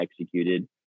executed